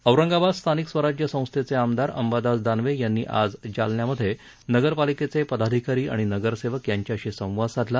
औरंगाबाद स्थानिक स्वराज्य संस्थेचे आमदार अंबादास दानवे यांनी आज जालन्यामधे नगरपालिकेचे पदाधिकारी आणि नगरसेवक यांच्यांशी संवाद साधला